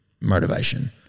motivation